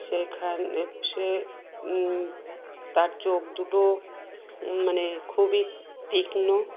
সেখানে সে তার চোখ দুটো মানে খুবই তীক্ষ্ণ